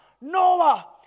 Noah